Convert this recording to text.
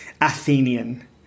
Athenian